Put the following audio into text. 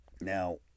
Now